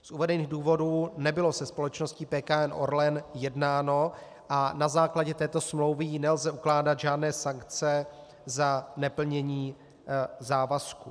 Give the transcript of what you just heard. Z uvedených důvodů nebylo se společností PKN Orlen jednáno a na základě této smlouvy jí nelze ukládat žádné sankce za neplnění závazků.